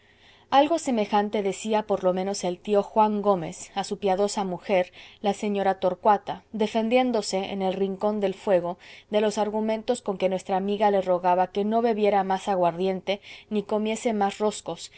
lo menos el tío juan gómez a su piadosa mujer la seña torcuata defendiéndose en el rincón del fuego de los argumentos con que nuestra amiga le rogaba que no bebiera más aguardiente ni comiese más roscos